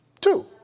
Two